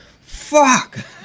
fuck